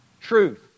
truth